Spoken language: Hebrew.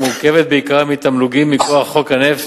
המורכבת בעיקרה מתמלוגים מכוח חוק הנפט